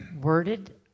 worded